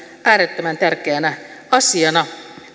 äärettömän tärkeänä asiana